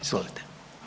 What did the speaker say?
Izvolite.